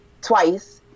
twice